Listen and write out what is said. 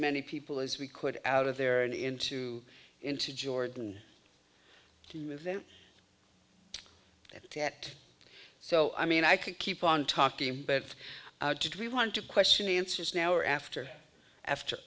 many people as we could out of there and into into jordan to move them to that so i mean i could keep on talking but did we want to question answers now or after after